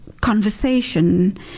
conversation